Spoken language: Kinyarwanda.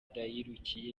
ndayirukiye